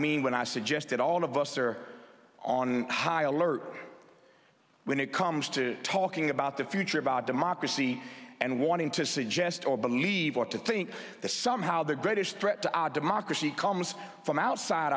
mean when i suggest that all of us are on high alert when it comes to talking about the future of democracy and wanting to suggest or believe or to think that somehow the greatest threat to our democracy comes from outside